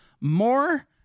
more